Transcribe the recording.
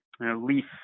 leaf